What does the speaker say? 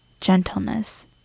gentleness